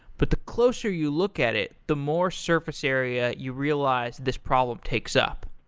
but the closer you look at it, the more surface area you realize this problem takes up.